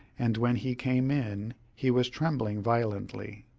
and when he came in he was trembling violently.